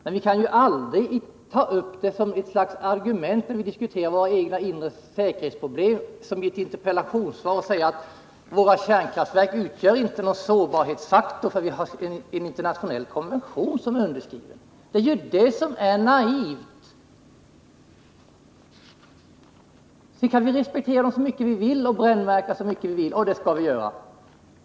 Men vi kan aldrig ta upp dem som argument när vi diskuterar våra egna inre säkerhetsproblem. Vi kan inte säga att våra kärnkraftverk inte är någon sårbarhetsfaktor, eftersom det finns en internationell konvention som förbjuder anfall mot kärnkraftverk. Det är det som är naivt. Vi kan respektera konventionen och brännmärka dem som inte respekterar den.